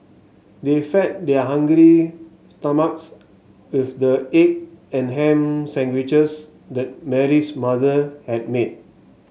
they fed their hungry stomachs with the egg and ham sandwiches that Mary's mother had made